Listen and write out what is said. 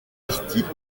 partie